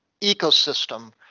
ecosystem